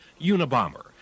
Unabomber